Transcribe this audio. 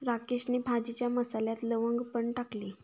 राकेशने भाजीच्या मसाल्यात लवंग पण टाकली